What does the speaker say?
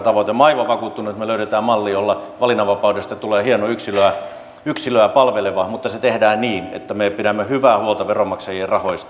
minä olen aivan vakuuttunut että me löydämme mallin jolla valinnanvapaudesta tulee hieno yksilöä palveleva malli mutta se tehdään niin että me pidämme hyvää huolta veronmaksajien rahoista